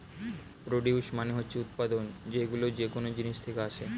produce মানে হচ্ছে উৎপাদন, যেইগুলো যেকোন জিনিস থেকে আসে